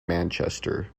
manchester